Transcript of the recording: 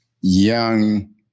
young